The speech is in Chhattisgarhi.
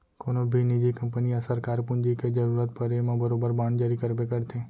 कोनों भी निजी कंपनी या सरकार पूंजी के जरूरत परे म बरोबर बांड जारी करबे करथे